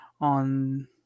on